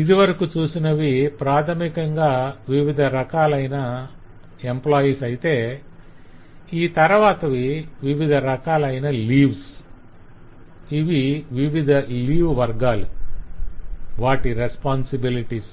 ఇదివరకు చూసినవి ప్రాధమికంగా వివిధ రకాలైన ఎంప్లాయిస్ అయితే ఈ తరవాతవి వివిధ రకాలైన లీవ్స్ - ఇవి వివిధ లీవ్ వర్గాలు వాటి రెస్పొంసిబిలిటీస్